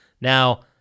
Now